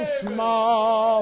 small